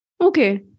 okay